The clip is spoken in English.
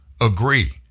agree